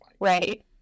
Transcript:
right